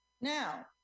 Now